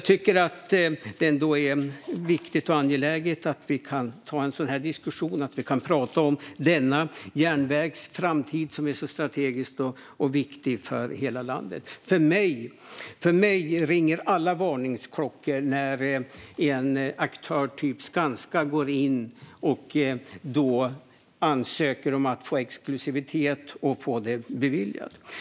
Det är viktigt och angeläget att vi kan ta en sådan här diskussion och tala om denna järnvägs framtid som är så strategisk och viktig för hela landet. För mig ringer alla varningsklockor när en aktör typ Skanska går in och ansöker om att få exklusivitet beviljad.